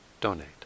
donate